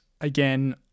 Again